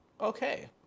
Okay